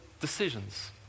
decisions